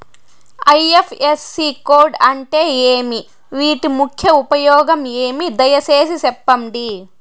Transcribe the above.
IFSC code అంటే ఏమి? వీటి ముఖ్య ఉపయోగం ఏమి? దయసేసి సెప్పండి?